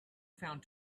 found